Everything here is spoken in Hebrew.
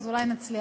אז אולי נצליח.